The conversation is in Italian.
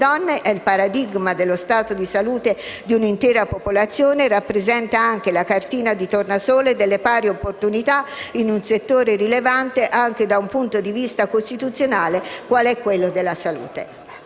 stato di salute di un'intera popolazione e rappresenta la cartina di tornasole delle pari opportunità in un settore rilevante, anche da un punto di vista costituzionale, qual è quello della salute.